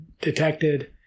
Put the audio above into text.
detected